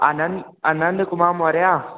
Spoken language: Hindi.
आनंद आनंद कुमार मौर्य